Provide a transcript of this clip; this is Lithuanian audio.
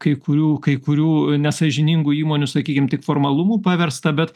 kai kurių kai kurių nesąžiningų įmonių sakykim tik formalumu paversta bet